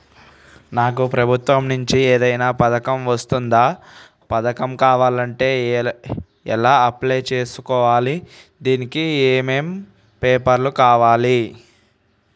నాకు ప్రభుత్వం నుంచి ఏదైనా పథకం వర్తిస్తుందా? పథకం కావాలంటే ఎలా అప్లై చేసుకోవాలి? దానికి ఏమేం పేపర్లు కావాలి?